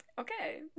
Okay